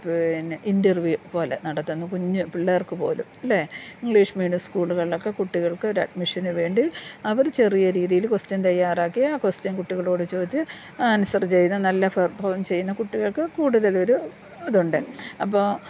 പിന്നെ ഇൻറർവ്യൂ പോലെ നടത്തുന്നു കുഞ്ഞു പിള്ളേർക്ക് പോലും ഇല്ലേ ഇംഗ്ലീഷ് മീഡിയം സ്കൂളുകളിലൊക്കെ കുട്ടികൾക്ക് ഒരഡ്മിഷന് വേണ്ടി അവർ ചെറിയ രീതിയിൽ ക്വസ്റ്റ്യൻ തയ്യാറാക്കി ആ ക്വസ്റ്റ്യൻ കുട്ടികളോട് ചോദിച്ചു ആൻസർ ചെയ്തു നല്ല പെർഫോം ചെയ്യുന്ന കുട്ടികൾക്ക് കൂടുതൽ ഒരു ഇതുണ്ട് അപ്പോൾ